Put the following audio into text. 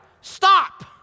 Stop